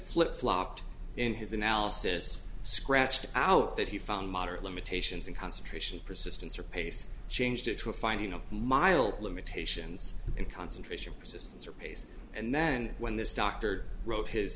flip flopped in his analysis scratched out that he found moderate limitations and concentration persistence or pace changed it to a finding of mild limitations and concentration persistence or pace and then when this doctor wrote his